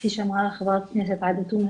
כפי שאמרה חברת הכנסת עאידה תומא,